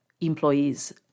employees